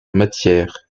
matières